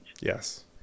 Yes